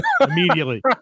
immediately